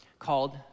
called